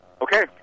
okay